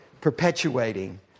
perpetuating